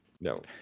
No